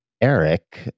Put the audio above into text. Eric